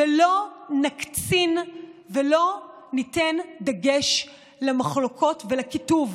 ולא נקצין ולא נשים דגש על מחלוקות ועל קיטוב.